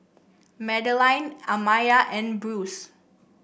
Madaline Amaya and Bruce